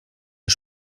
der